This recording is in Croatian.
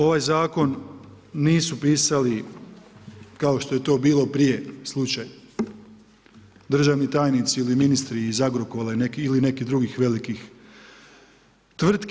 Ovaj zakon nisu pisali, kao što je to bio prije slučaj, državni tajnici ili ministri iz Agrokora ili iz nekih dugih velikih tvrtki.